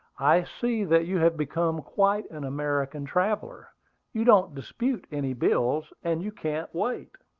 i see that you have become quite an american traveller you don't dispute any bills, and you can't wait.